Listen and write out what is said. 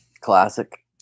Classic